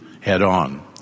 head-on